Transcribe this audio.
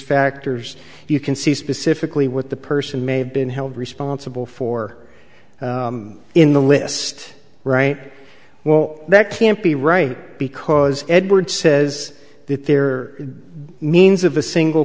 factors you can see specifically what the person may have been held responsible for in the list right well that can't be right because edwards says that there are means of a single